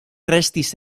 restis